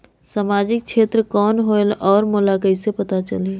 समाजिक क्षेत्र कौन होएल? और मोला कइसे पता चलही?